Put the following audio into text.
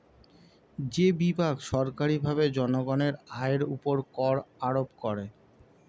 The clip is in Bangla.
যে বিভাগ সরকারীভাবে জনগণের আয়ের উপর কর আরোপ করে